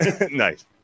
Nice